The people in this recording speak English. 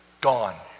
gone